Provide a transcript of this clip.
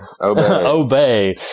Obey